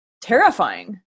terrifying